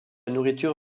nourriture